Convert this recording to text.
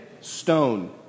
stone